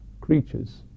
creatures